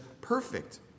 perfect